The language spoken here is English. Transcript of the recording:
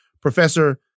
Professor